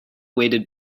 waited